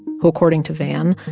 who, according to van,